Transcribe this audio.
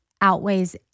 outweighs